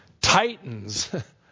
titans